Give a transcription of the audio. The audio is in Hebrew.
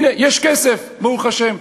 הנה, יש כסף, ברוך השם.